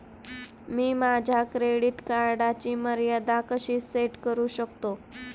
मी माझ्या क्रेडिट कार्डची मर्यादा कशी सेट करू शकतो?